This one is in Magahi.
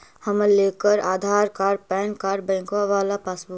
हम लेकर आधार कार्ड पैन कार्ड बैंकवा वाला पासबुक?